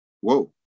whoa